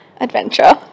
adventure